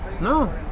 No